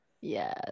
Yes